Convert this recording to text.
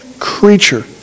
creature